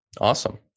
Awesome